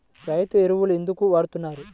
రైతు ఎరువులు ఎందుకు వాడుతున్నారు?